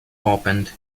opened